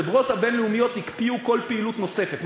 החברות הבין-לאומיות הקפיאו כל פעילות נוספת,